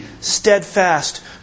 steadfast